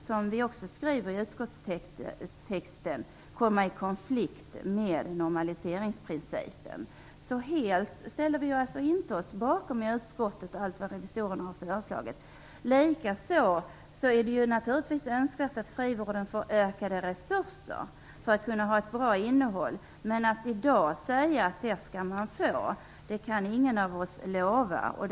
Som vi skriver i utskottstexten kan det komma i konflikt med normaliseringsprincipen. Vi ställer oss således i utskottet inte helt bakom allt vad revisorerna har föreslagit. Det är naturligtvis också önskvärt att frivården får ökade resurser för att kunna ha ett bra innehåll. Men ingen av oss kan i dag lova att det skall bli så.